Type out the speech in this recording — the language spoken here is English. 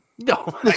No